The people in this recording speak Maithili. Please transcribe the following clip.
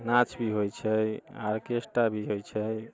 नाच भी होइ छै ऑर्केस्ट्रा भी होइ छै